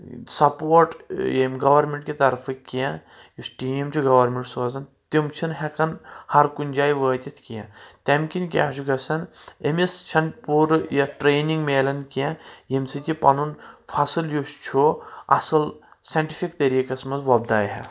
support ییٚمہِ government کہِ طرفہٕ کینٛہہ یُس ٹیٖم چھُ گورمنٹ سوزان تِم چھِنہٕ ہؠکان ہر کُنہِ جایہِ وٲتِتھ کینٛہہ تمہِ کِنۍ کیٛاہ چھُ گژھان أمِس چھےٚ نہٕ پوٗرٕ یتھ ٹریننگ مِلن کینٛہہ ییٚمہِ سۭتۍ یہِ پنُن فصٕل یُس چھُ اصٕل ساینٹِفک طریٖقس منٛز وۄپداوِ ہا